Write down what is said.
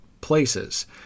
places